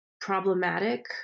problematic